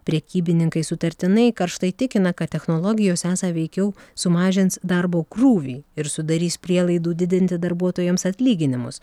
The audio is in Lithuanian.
prekybininkai sutartinai karštai tikina kad technologijos esą veikiau sumažins darbo krūvį ir sudarys prielaidų didinti darbuotojams atlyginimus